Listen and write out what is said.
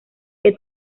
que